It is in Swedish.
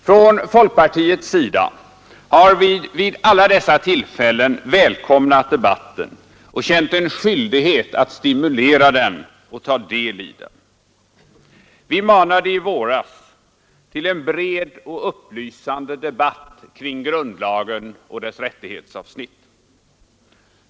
Från folkpartiets sida har vi vid alla dessa tillfällen välkomnat debatten och känt en skyldighet att stimulera den och ta del i den. Vi manade i våras till en bred och upplysande debatt kring grundlagen och dess rättighetsavsnitt.